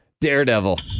Daredevil